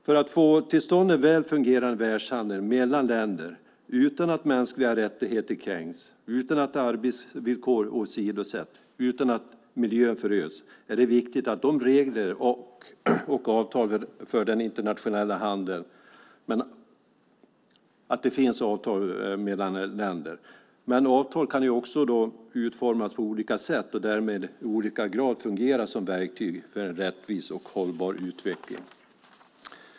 För att få till stånd en väl fungerande världshandel mellan länder utan att mänskliga rättigheter kränks, utan att arbetsvillkor åsidosätts och utan att miljön föröds är det viktigt att det finns regler och avtal för den internationella handeln mellan länder. Men avtal kan också utformas på olika sätt och därmed i olika grad fungera som verktyg för rättvis och hållbar utveckling.